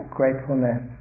gratefulness